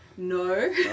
No